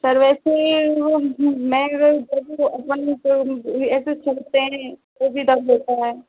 sir वैसे वो मैं अपन तो ऐसे तो भी दर्द होता है